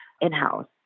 in-house